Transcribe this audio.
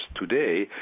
today